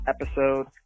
episode